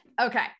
Okay